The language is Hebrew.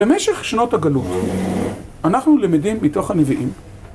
במשך שנות הגלות אנחנו למדים מתוך הנביאים